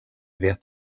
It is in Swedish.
vet